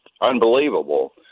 unbelievable